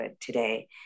today